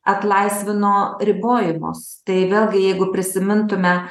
atlaisvino ribojimus tai vėlgi jeigu prisimintume